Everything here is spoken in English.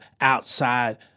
outside